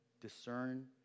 discern